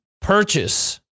purchase